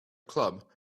club